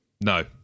No